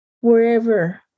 wherever